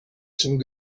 some